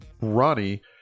Ronnie